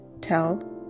tell